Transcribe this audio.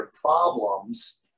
problems